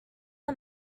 are